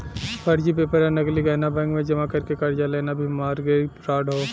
फर्जी पेपर या नकली गहना बैंक में जमा करके कर्जा लेना भी मारगेज फ्राड हौ